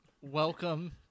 Welcome